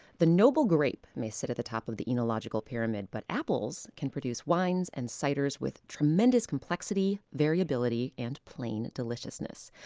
the noble grape may sit at the top of the enological pyramid, but apples can produce wines and ciders with tremendous complexity, variability and plain deliciousness.